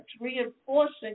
reinforcing